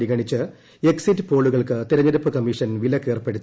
പരിഗണിച്ച് എക്സിറ്റ് പോളുകൾക്ക് തെരഞ്ഞെടുപ്പ് കമ്മീഷൻ വിലക്ക് ഏർപ്പെടുത്തി